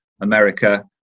America